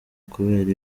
kubera